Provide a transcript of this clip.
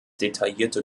detaillierte